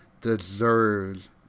deserves